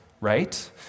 right